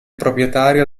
proprietario